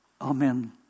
Amen